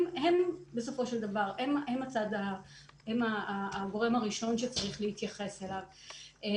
שבסופו של דבר הם הגורם הראשון שצריך להתייחס אליו.